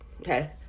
okay